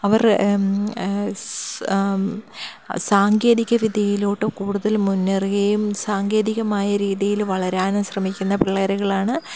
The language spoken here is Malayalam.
അവർ സാങ്കേതിക വിദ്യയിലോട്ട് കൂടുതൽ മുന്നേറുകയും സാങ്കേതികമായ രീതിയിൽ വളരാനും ശ്രമിക്കുന്ന പിള്ളേരാണ്